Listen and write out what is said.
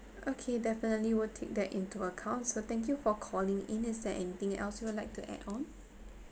okay definitely we'll take that into account so thank you for calling in is there anything else you would like to add on